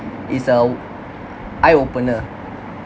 is a eye opener